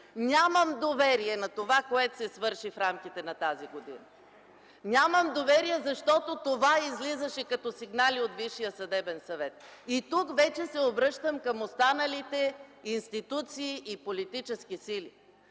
нямам доверие на това, което се свърши в рамките на тази година! Нямам доверие, защото това излизаше като сигнали от Висшия съдебен съвет. И тук вече се обръщам към останалите институции и политически сили.